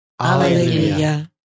Alleluia